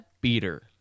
beater